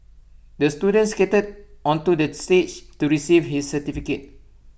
the student skated onto the stage to receive his certificate